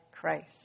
Christ